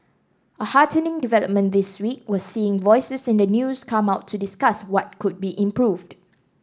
a heartening development this week was seeing voices in the news come out to discuss what could be improved